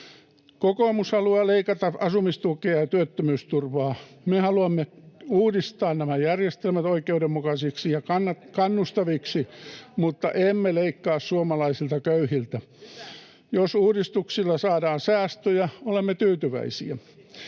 Kokoomus haluaa leikata asumistukea ja työttömyysturvaa. Me haluamme uudistaa nämä järjestelmät oikeudenmukaisiksi ja kannustaviksi, mutta emme leikkaa suomalaisilta köyhiltä. [Ritva Elomaa: Hyvä!] Jos uudistuksilla saadaan säästöjä, olemme tyytyväisiä.